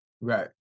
Right